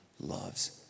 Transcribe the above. loves